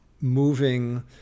moving